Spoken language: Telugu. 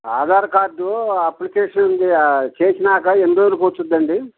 ఆధార్ కార్డు అప్లికేషన్ చేశాక ఎన్ని రోజులకొస్తుందండి